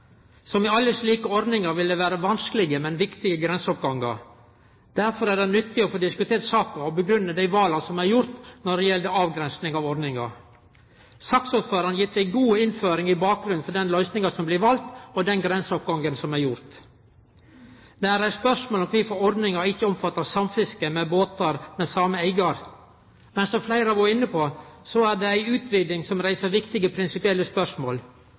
Som i alle slike ordningar vil det vere vanskelege, men viktige grenseoppgangar. Derfor er det nyttig å få diskutert saka og grunngi dei vala som er gjorde når det gjeld avgrensing av ordninga. Saksordføraren har gitt ei god innføring i bakgrunnen for den løysinga som blei vald, og den grenseoppgangen som er gjord. Det er reist spørsmål om kvifor ordninga ikkje omfattar samfiske med båtar med same eigar. Men som fleire har vore inne på, er det ei utviding som reiser viktige prinsipielle spørsmål.